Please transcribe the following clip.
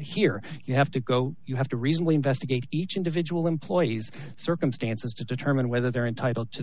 here you have to go you have to recently investigate each individual employees circumstances to determine whether they're entitled to